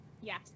Yes